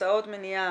הרצאות המניעה